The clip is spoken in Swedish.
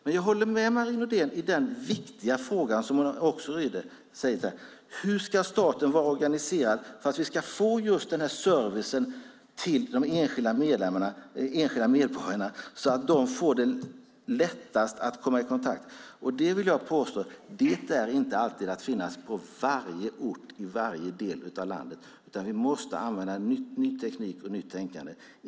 Men jag håller med Marie Nordén i den viktiga fråga som hon också ställde: Hur ska staten vara organiserad för att vi ska få just denna service till de enskilda medborgarna så att de lättast kan komma i kontakt med den? Jag vill påstå att det inte alltid betyder att servicen ska finnas på varje ort i varje del av landet. Vi måste använda ny teknik och nytt tänkande.